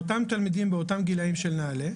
אותם גילאים של נעל"ה.